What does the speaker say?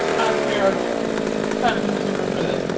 i'm your prime consumer for this